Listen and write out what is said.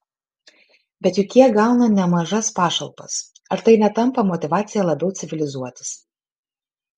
bet juk jie gauna nemažas pašalpas ar tai netampa motyvacija labiau civilizuotis